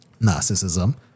Narcissism